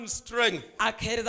strength